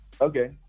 Okay